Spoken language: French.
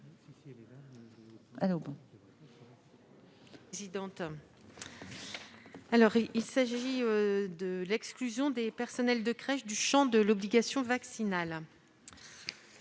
vise l'exclusion des personnels de crèche du champ de l'obligation vaccinale.